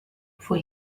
for